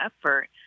effort